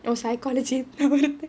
oh psychology